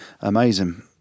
amazing